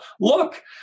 look